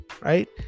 right